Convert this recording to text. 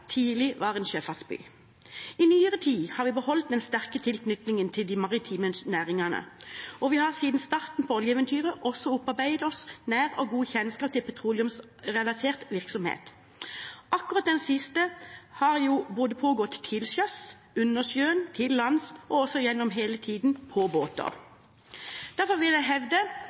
tidlig var en sjøfartsby. I nyere tid har vi beholdt den sterke tilknytningen til de maritime næringene, og vi har siden starten på oljeeventyret også opparbeidet oss nær og god kjennskap til petroleumsrelatert virksomhet. Akkurat den siste virksomheten har jo både pågått til sjøs, under sjøen, til lands og også gjennom hele tiden på båter. Derfor vil jeg hevde